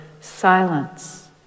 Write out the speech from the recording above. silence